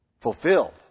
fulfilled